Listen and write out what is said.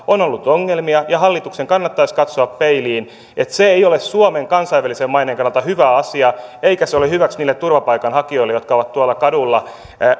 on ollut ongelmia ja hallituksen kannattaisi katsoa peiliin se ei ole suomen kansainvälisen maineen kannalta hyvä asia eikä se ole hyväksi niille turvapaikanhakijoille jotka ovat tuolla kadulla